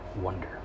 wonder